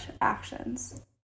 actions